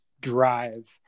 drive